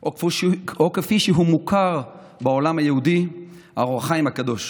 או כפי שהוא מוכר בעולם היהודים, אור החיים הקדוש,